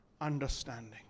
understanding